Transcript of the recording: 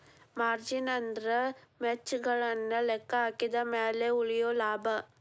margin ಅಂದ್ರ ವೆಚ್ಚಗಳನ್ನ ಲೆಕ್ಕಹಾಕಿದ ಮ್ಯಾಲೆ ಉಳಿಯೊ ಲಾಭ